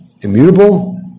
immutable